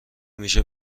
میشه